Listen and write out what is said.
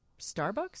starbucks